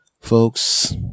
Folks